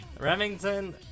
Remington